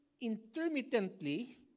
intermittently